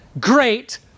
great